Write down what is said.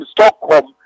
Stockholm